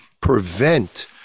prevent